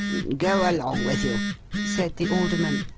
go along with you said the alderman,